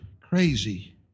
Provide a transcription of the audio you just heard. crazy